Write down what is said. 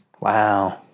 Wow